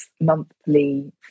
monthly